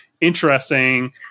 interesting